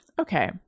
Okay